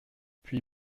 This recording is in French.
puis